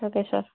okay sir